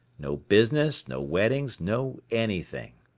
no business, no weddings, no anything.